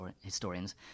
historians